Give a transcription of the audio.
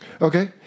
Okay